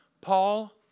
Paul